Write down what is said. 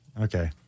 Okay